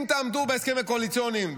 אם תעמדו בהסכמים הקואליציוניים,